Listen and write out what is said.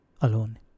alone